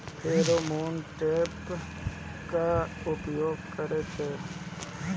Pheromone trap का उपयोग कर के?